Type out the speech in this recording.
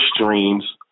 streams